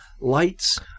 lights